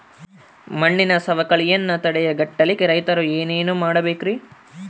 ಮಣ್ಣಿನ ಸವಕಳಿಯನ್ನ ತಡೆಗಟ್ಟಲಿಕ್ಕೆ ರೈತರು ಏನೇನು ಮಾಡಬೇಕರಿ?